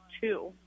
two